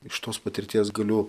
iš tos patirties galiu